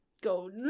go